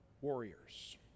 warriors